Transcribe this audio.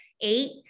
eight